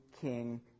King